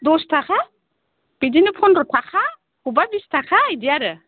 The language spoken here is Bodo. दस थाखा बिदिनो फनद्र' थाखा अबेबा बिस थाखा इदि आरो